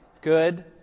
good